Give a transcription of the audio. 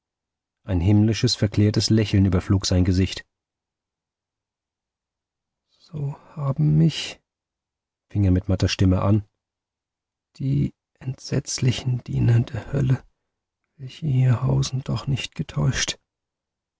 ein himmlisches verklärtes lächeln überflog sein gesicht so haben mich fing er mit matter stimme an die entsetzlichen diener der hölle welche hier hausen doch nicht getäuscht